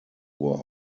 were